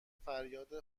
فریاد